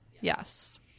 Yes